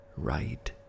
right